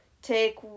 take